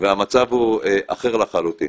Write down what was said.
והמצב הוא אחר לחלוטין.